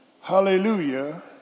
hallelujah